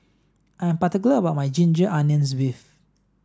I'm particular about my ginger onions beef